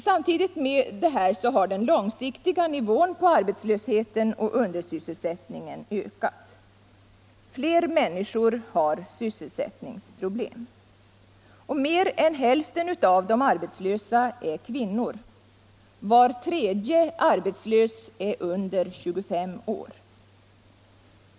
Samtidigt med detta har den långsiktiga nivån på arbetslösheten och undersysselsättningen ökat. Fler människor har sysselsättningsproblem. Mer än hälften av de arbetslösa är kvinnor. Var tredje arbetslös är under 25 år.